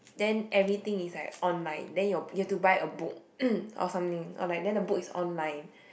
then everything is like online then you you have to buy a book or something or like then the book is online